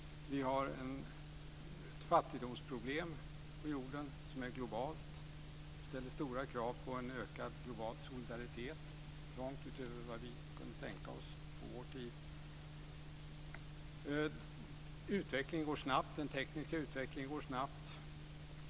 Vi har ett fattigdomsproblem på jorden som är globalt och som ställer stora krav på en ökad global solidaritet långt utöver vad vi kunde tänka oss på vår tid. Den tekniska utvecklingen går snabbt.